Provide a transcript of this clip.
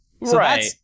right